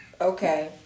okay